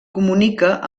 comunica